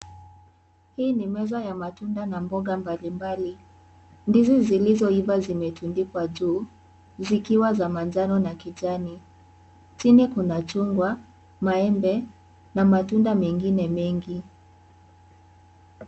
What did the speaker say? Hii ni meza ya matunda na mboga mbalimbali. Ndizi zilizoiva zimetiundikwa juu, zikiwa za manjano na kijani. Chini kuna chungwa, maembe, na matunda mengine mengi.